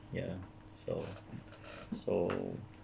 ya so so